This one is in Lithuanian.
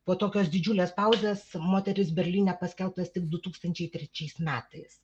po tokios didžiulės pauzės moteris berlyne paskelbtas tik du tūkstančiai trečiais metais